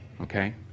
Okay